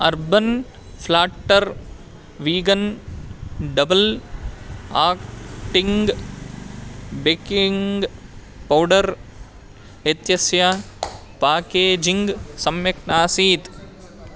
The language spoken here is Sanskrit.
urban platter vegan double acting baking powder इत्यस्य पाकेजिङ्ग् सम्यक् नासीत्